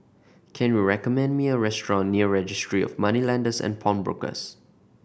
can you recommend me a restaurant near Registry of Moneylenders and Pawnbrokers